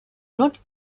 not